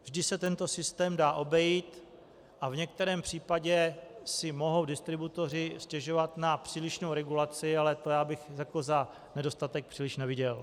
Vždy se tento systém dá obejít a v některém případě si mohou distributoři stěžovat na přílišnou regulaci, ale to já bych za nedostatek příliš neviděl.